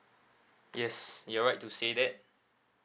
yes you're right to say that